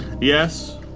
Yes